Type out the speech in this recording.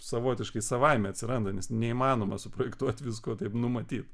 savotiškai savaime atsiranda nes neįmanoma suprojektuoti visko taip numatyt